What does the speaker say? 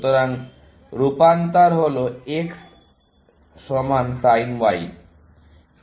সুতরাং রূপান্তর হল X সমান sin Y